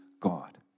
God